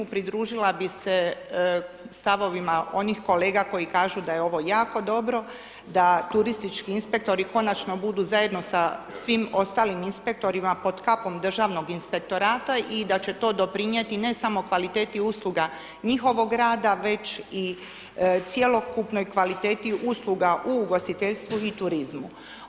Pridružila bih se stavovima onih kolega koji kažu da je ovo jako dobro, da turistički inspektori konačno budu zajedno sa svim ostalim inspektorima pod kapom Državnog inspektorata i da će to doprinijeti ne samo kvaliteti usluga njihovog rada već i cjelokupnoj kvaliteti usluga u ugostiteljstvu i turizmu.